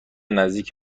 نزدیک